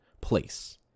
place